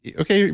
yeah okay,